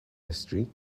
history